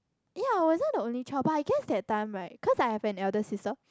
ya I wasn't an only child but I guess that time right cause I had an elder sister